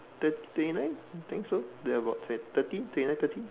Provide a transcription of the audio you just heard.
thir~ twenty nine I think so they are about thirty twenty nine thirty